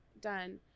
done